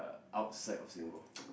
uh outside of Singapore